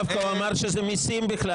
הוא דווקא אמר שזה מיסים.